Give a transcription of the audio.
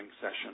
session